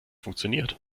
funktioniert